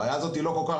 הבעיה הזאת היא לא כל כך,